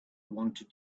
wanted